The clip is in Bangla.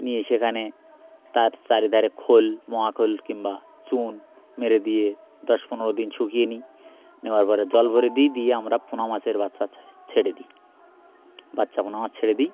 নিয়ে সেখানে তার চারিধারে খোল মহা খোল কিম্বা চুন মেরে দিয়ে দশ পনেরো দিন শুকিয়ে নিই নেওয়ার পরে জল ভরে দিই দিয়ে আমরা পোনা মাছের বাচ্চা ছেড়ে দিই বাচ্চা পোনা মাছ ছেড়ে দিই